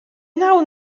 wnawn